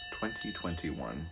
2021